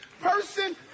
person